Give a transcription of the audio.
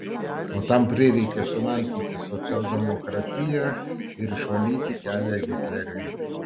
o tam prireikė sunaikinti socialdemokratiją ir išvalyti kelią hitleriui